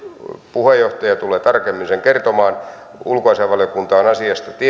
puheenjohtaja tulee tarkemmin sen kertomaan ulkoasiainvaliokunta on asiasta